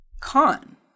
Con